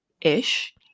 ish